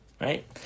Right